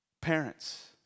Parents